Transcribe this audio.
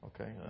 Okay